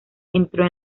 entró